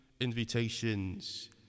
invitations